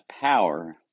power